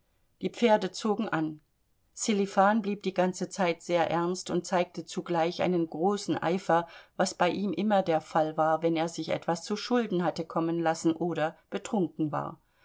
die pferde zogen an sselifan blieb die ganze zeit sehr ernst und zeigte zugleich einen großen eifer was bei ihm immer der fall war wenn er sich etwas zuschulden hatte kommen lassen oder betrunken war